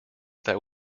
that